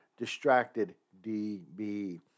DistractedDB